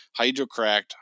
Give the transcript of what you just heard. hydrocracked